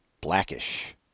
blackish